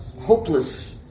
hopeless